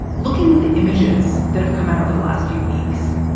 looking at the images that have come out over the last few weeks,